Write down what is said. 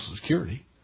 security